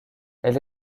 elle